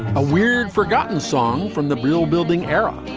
a weird, forgotten song from the brill building era